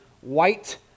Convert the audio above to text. white